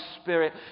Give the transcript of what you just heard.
Spirit